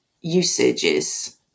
usages